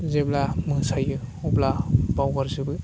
जेब्ला मोसायो अब्ला बावगार जोबो